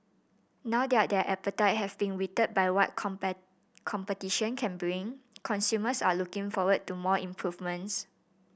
now that their appetite have been whetted by what competition can bring consumers are looking forward to more improvements